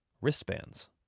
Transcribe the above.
wristbands